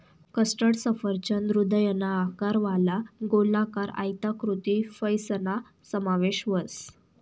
custard सफरचंद हृदयना आकारवाला, गोलाकार, आयताकृती फयसना समावेश व्हस